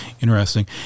Interesting